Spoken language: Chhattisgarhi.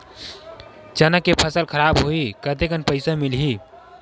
चना के फसल खराब होही कतेकन पईसा मिलही?